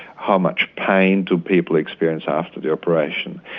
how much pain do people experience after the operation,